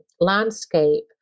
landscape